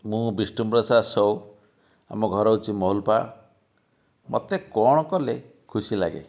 ମୁଁ ବିଷ୍ଣୁପ୍ରସାଦ ସୋଓ ଆମ ଘର ହେଉଛି ମହୁଲିପାଳ ମୋତେ କ'ଣ କଲେ ଖୁସି ଲାଗେ